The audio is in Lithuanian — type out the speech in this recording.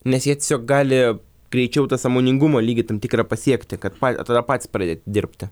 nes jie tiesiog gali greičiau tą sąmoningumo lygį tam tikrą pasiekti kad tada patys pradėt dirbti